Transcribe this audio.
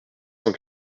cent